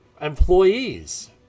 employees